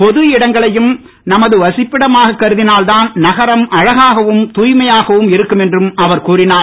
பொது இடங்களையும் நமது வசிப்பிடமாக கருதினால் தான் நகரம் அழகாகவும் தாய்மையாகவும் இருக்கும் என்றும் அவர் கூறினார்